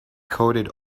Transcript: coated